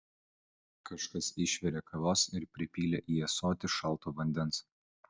kažkas išvirė kavos ir pripylė į ąsotį šalto vandens